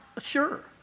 sure